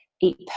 eat